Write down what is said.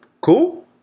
Cool